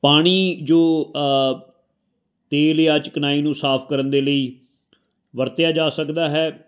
ਪਾਣੀ ਜੋ ਤੇਲ ਜਾਂ ਚਿਕਨਾਈ ਨੂੰ ਸਾਫ਼ ਕਰਨ ਦੇ ਲਈ ਵਰਤਿਆ ਜਾ ਸਕਦਾ ਹੈ